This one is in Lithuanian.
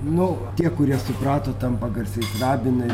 nu tie kurie suprato tampa garsiais rabinais